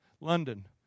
London